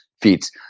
feats